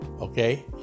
okay